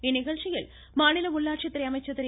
இந்நிகழ்ச்சியில் மாநில உள்ளாட்சித்துறை அமைச்சர் திரு